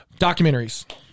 Documentaries